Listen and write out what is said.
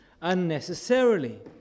unnecessarily